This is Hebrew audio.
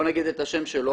לא נגיד את השם שלו,